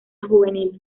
juvenil